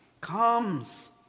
comes